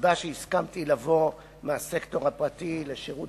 הסיבה שהסכמתי לבוא מהסקטור הפרטי לשירות